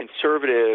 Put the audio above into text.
conservative